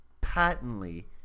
patently